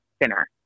thinner